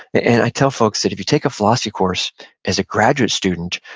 and i tell folks that if you take a philosophy course as a graduate student,